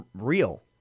real